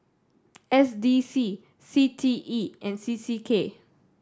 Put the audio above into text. S D C C T E and C C K